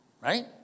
right